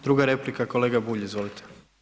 Druga replika kolega Bulj, izvolite.